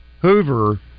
Hoover